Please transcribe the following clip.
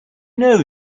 know